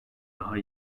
daha